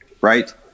Right